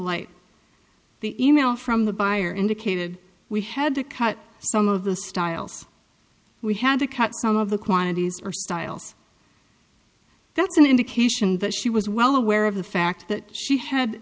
light the e mail from the buyer indicated we had to cut some of the styles we had to cut some of the quantities or styles that's an indication that she was well aware of the fact that she had